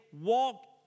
walk